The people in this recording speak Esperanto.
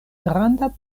granda